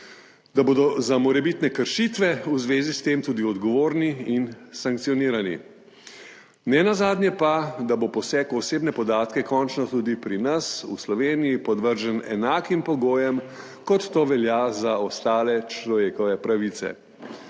da bodo za morebitne kršitve v zvezi s tem tudi odgovorni in sankcionirani, nenazadnje pa, da bo poseg v osebne podatke končno tudi pri nas v Sloveniji podvržen enakim pogojem kot to velja za ostale človekove pravice,